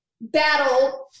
battle